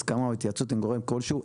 הסכמה או התייעצות עם גורם כלשהו,